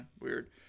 Weird